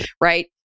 Right